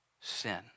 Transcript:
sin